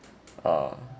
uh